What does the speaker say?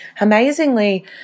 Amazingly